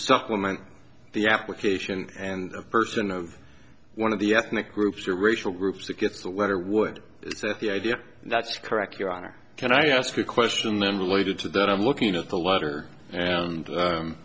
supplement the application and person of one of the ethnic groups or racial groups that gets the letter would the idea that's correct your honor can i ask a question then related to that i'm looking at the letter and